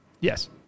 Yes